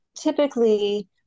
typically